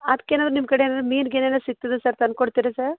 ಅದಕ್ಕೆ ನಾವು ನಿಮ್ಮ ಕಡೆ ಏನಾರೂ ಮೀನು ಗೀನು ಏನು ಸಿಕ್ತದಾ ಸರ್ ತಂದ್ಕೊಡ್ತೀರಾ ಸರ್